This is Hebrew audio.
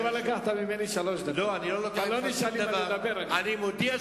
אני מציע לך, תבדוק את חשבון המים, אני בדקתי.